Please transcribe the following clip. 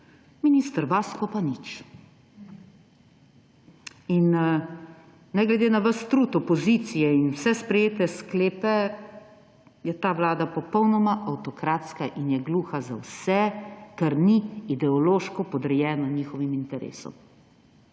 minister Vasko pa nič. In ne glede na ves trud opozicije in vse sprejete sklepe, je ta vlada popolnoma avtokratska in je gluha za vse, kar ni ideološko podrejeno njihovim interesom.